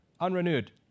unrenewed